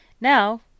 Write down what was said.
Now